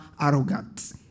arrogant